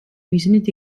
მიზნით